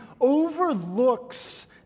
overlooks